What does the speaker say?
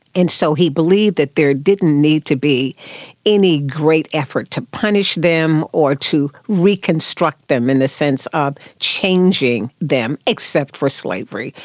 and so he believed that there didn't need to be any great effort to punish them or to reconstruct them in the sense of changing them, except for slavery.